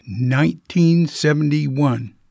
1971